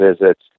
visits